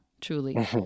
truly